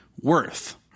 worth